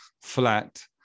flat